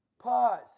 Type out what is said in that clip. Pause